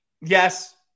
yes